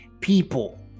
people